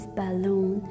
balloon